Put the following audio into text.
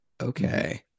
okay